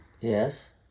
Yes